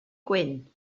gwyn